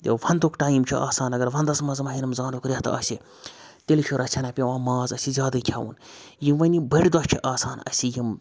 وَنٛدُک time چھُ آسان اگر وَنٛدَس منٛز ماہِ رَمضانُک رٮ۪تھ آسہِ تیٚلہِ چھُ رَژھِ ہٕنا پٮ۪وان ماز اَسہِ زیادَے کھٮ۪وُن یِم وَنہِ یِم بٔڑۍ دۄہ چھِ آسان اَسہِ یِم